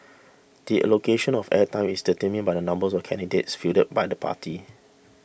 the allocation of air time is determined by the number of candidates fielded by the party